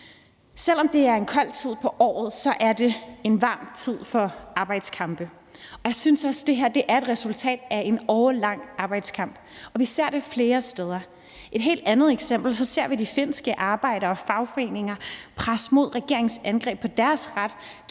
Selv om det er en kold tid på året, er det en varm tid for arbejdskampe, og jeg synes også, at det her er et resultat af en årelang arbejdskamp, og vi ser det flere steder. Som et helt andet eksempel ser vi de finske arbejdere og fagforeninger presse mod regeringens angreb på deres ret